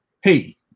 hey